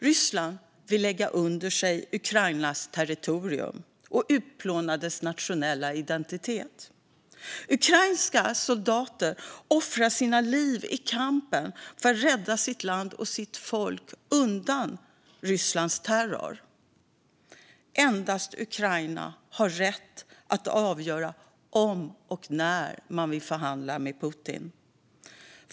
Ryssland vill lägga under sig Ukrainas territorium och utplåna dess nationella identitet. Ukrainska soldater offrar sina liv i kampen för att rädda sitt land och sitt folk undan Rysslands terror. Endast Ukraina har rätt att avgöra om och när man vill förhandla med Putin.